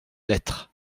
lettre